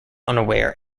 unaware